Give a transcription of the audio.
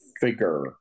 figure